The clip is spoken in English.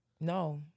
No